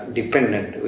dependent